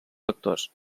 factors